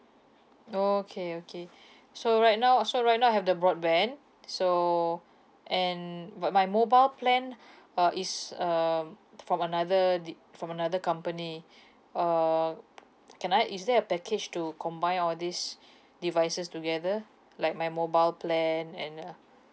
oh okay okay so right now so right now I have the broadband so and but my mobile plan uh is um from another de~ from another company uh p~ can I is there a package to combine all these devices together like my mobile plan and uh